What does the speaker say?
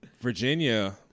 Virginia